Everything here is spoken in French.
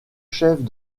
chefs